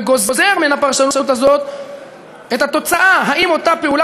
וגוזר מן הפרשנות הזאת את התוצאה: האם אותה פעולה